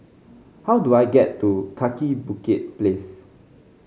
how do I get to Kaki Bukit Place